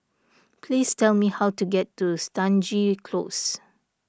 please tell me how to get to Stangee Close